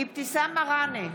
אבתיסאם מראענה,